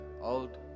old